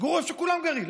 תגורו איפה שכולם גרים.